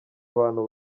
abantu